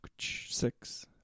Six